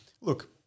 look